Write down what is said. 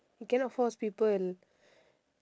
you cannot force people